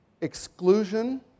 Exclusion